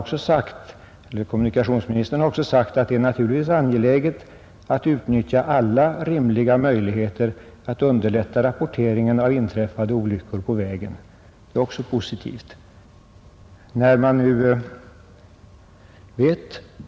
Kommunikationsministern har vidare sagt: ”Det är naturligtvis angeläget att utnyttja alla rimliga möjligheter att underlätta rapporteringen av inträffade olyckor på vägen ———.” Det är också positivt.